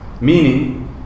meaning